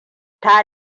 ta